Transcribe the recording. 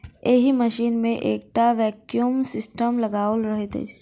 एहि मशीन मे एकटा वैक्यूम सिस्टम लगाओल रहैत छै